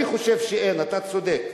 אני חושב שאין, אתה צודק.